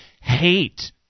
hate